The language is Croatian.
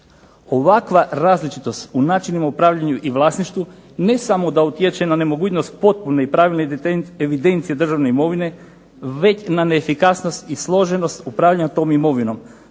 Ovakva različitost u načinima u upravljanju i vlasništvu ne samo da utječe na nemogućnost potpune i pravilne evidencije državne imovine već na neefikasnost i složenost upravljanja tom imovinom